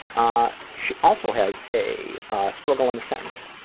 ah she also has a struggle in a sentence